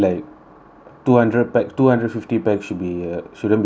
two hundred pax two hundred fifty pax should be uh shouldn't be a problem